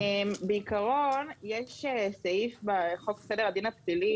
בעיקרון יש סעיף בחוק סדר הדין הפלילי